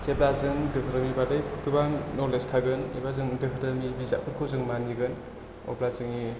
जेब्ला जों धोरोमनि बादै गोबा नलेस थागोन एबा जों धोरोमनि बिजाबफोरखौ मानिगोन अब्ला जोंनि